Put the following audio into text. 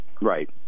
Right